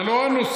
זה לא הנושא.